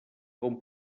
com